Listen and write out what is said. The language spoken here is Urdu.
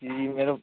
جی میرا